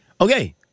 Okay